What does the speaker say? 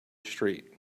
street